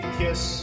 kiss